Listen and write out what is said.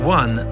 one